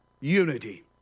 unity